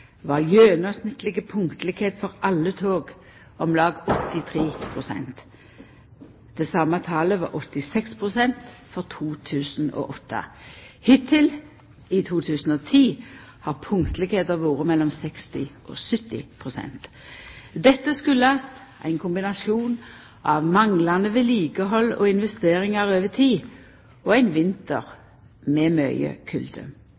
var gjennomsnittleg punktlegheit for alle tog om lag 83 pst. Det same talet var 86 pst. for 2008. Hittil i 2010 har punktlegheita vore mellom 60 og 70 pst. Dette skuldast ein kombinasjon av manglande vedlikehald og investeringar over tid og ein vinter med mykje kulde.